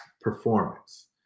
performance